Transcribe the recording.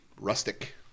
rustic